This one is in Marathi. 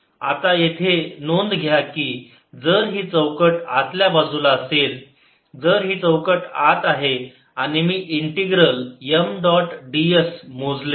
आता येथे नोंद घ्या की जर ही चौकट आतल्या बाजूला असेल जर ही चौकट आत आहे आणि मी इंटिग्रल M डॉट ds मोजले